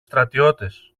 στρατιώτες